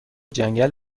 جنگل